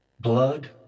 Blood